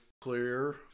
clear